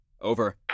Over